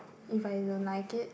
if I don't like it